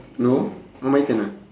hello my turn ah